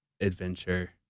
adventure